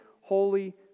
holy